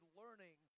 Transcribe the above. learning